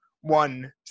one